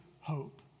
hope